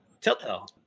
Telltale